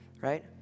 right